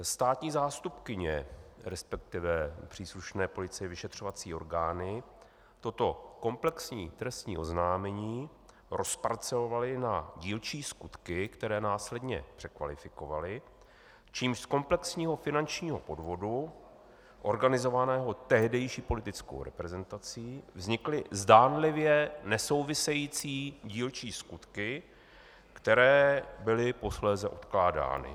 Státní zástupkyně, resp. příslušné policie, vyšetřovací orgány, toto komplexní trestní oznámení rozparcelovaly na dílčí skutky, které následně překvalifikovaly, čímž z komplexního finančního podvodu organizovaného tehdejší politickou reprezentací vznikly zdánlivě nesouvisející dílčí skutky, které byly posléze odkládány.